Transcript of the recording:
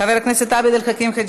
חבר הכנסת עבד אל חכים חאג'